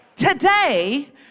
Today